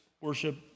worship